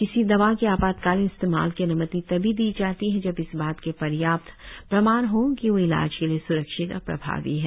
किसी दवा के आपातकालीन इस्तेमाल की अन्मति तभी दी जाती है जब इस बात के पर्याप्त प्रमाण हों कि वह इलाज के लिए स्रक्षित और प्रभावी है